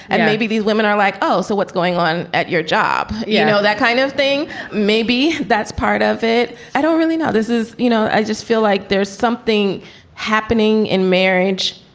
and maybe these women are like, oh, so what's going on at your job? you know, that kind of thing. maybe that's part of it. i don't really know. this is, you know, i just feel like there's something happening in marriage,